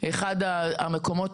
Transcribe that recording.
אחד המקומות